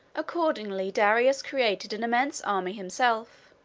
accordingly, darius collected an immense army himself,